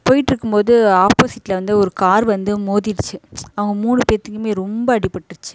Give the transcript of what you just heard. போய்ட்ருக்கும்போது ஆப்போசிட்டில் வந்து ஒரு கார் வந்து மோதிடுச்சு அவங்க மூணு பேர்த்துக்குமே ரொம்ப அடிப்பட்டுருச்சி